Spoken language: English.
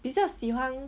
比较喜欢